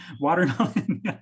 watermelon